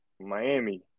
Miami